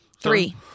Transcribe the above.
Three